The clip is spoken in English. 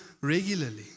regularly